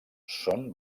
són